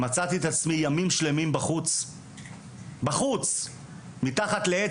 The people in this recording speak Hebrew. מצאתי את עצמי ימים שלמים בחוץ מתחת לעץ.